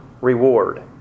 reward